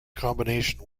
combination